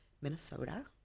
Minnesota